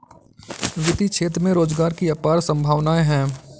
वित्तीय क्षेत्र में रोजगार की अपार संभावनाएं हैं